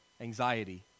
anxiety